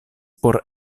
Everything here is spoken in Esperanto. por